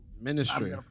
ministry